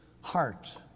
heart